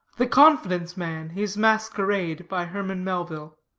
the confidence-man his masquerade. by herman melville,